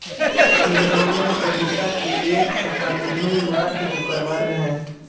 millennial उद्यमिता के एक सफल उद्यमी मार्क जुकरबर्ग हैं